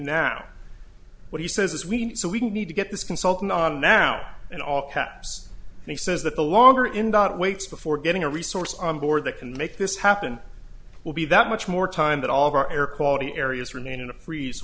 now what he says is we need so we need to get this consultant on now in all caps and he says that the longer in doubt waits before getting a resource on board that can make this happen will be that much more time that all of our air quality areas remain in a freeze